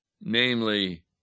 namely